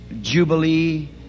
jubilee